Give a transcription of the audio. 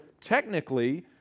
technically